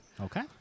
okay